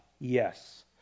Yes